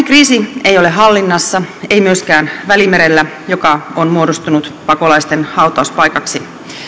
kriisi ei ole hallinnassa ei myöskään välimerellä joka on muodostunut pakolaisten hautauspaikaksi